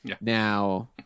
Now